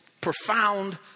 profound